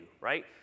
right